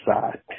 side